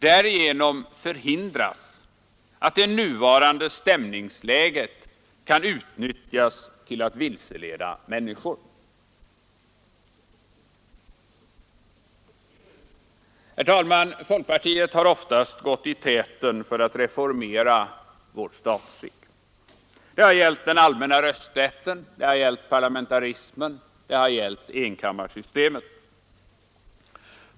Därigenom förhindras att det nuvarande stämningsläget kan utnyttjas till att vilseleda människor. Herr talman! Folkpartiet har oftast gått i täten för att reformera vårt statsskick. Det har gällt den allmänna rösträtten, det har gällt parlamentarismen, det har gällt enkammarsystemet.